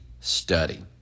study